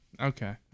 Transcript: Okay